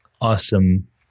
awesome